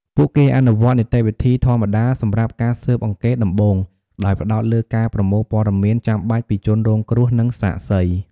ពួកគេអនុវត្តនីតិវិធីធម្មតាសម្រាប់ការស៊ើបអង្កេតដំបូងដោយផ្តោតលើការប្រមូលព័ត៌មានចាំបាច់ពីជនរងគ្រោះ និងសាក្សី។